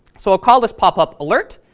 so ah call this popup alert,